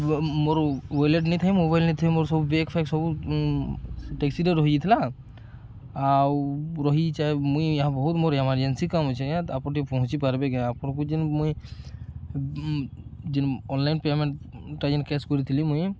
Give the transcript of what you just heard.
ମୋର ୱାଲେଟ୍ ନେଇଥାଏ ମୋବାଇଲ୍ ନେଇଥାଏ ମୋର ସବୁ ବ୍ୟାଗ୍ ଫେକ ସବୁ ଟେକ୍ସିରେ ରହିଯଥିଲା ଆଉ ରହିଛେ ମୁଇଁ ଏହା ବହୁତ ମୋର ଏମରଜେନ୍ସି କାମ ଅଛେ ତ ଆପଣ ଟିକେ ପହଞ୍ଚି ପାରବେ କି ଆପଣଙ୍କୁ ଯେନ୍ ମୁଇଁ ଯେନ୍ ଅନଲାଇନ୍ ପେମେଣ୍ଟଟା ଯେନ୍ କ୍ୟାସ୍ କରିଥିଲି ମୁଇଁ